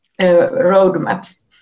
roadmaps